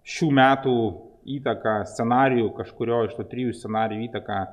šių metų įtaką scenarijų kažkurio iš tų trijų scenarijų įtaką